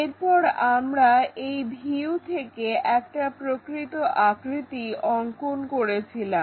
এরপর আমরা এই ভিউ থেকে একটা প্রকৃত আকৃতি অংকন করেছিলাম